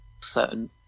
certain